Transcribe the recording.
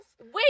Wait